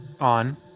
On